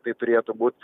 tai turėtų būt